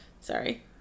sorry